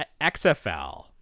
XFL